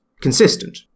consistent